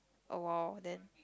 awhile then